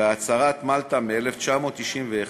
בהצהרת מלטה מ-1991,